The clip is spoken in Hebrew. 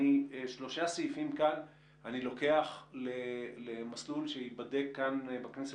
שלושה סעיפים כאן אני לוקח למסלול שייבדק בכנסת,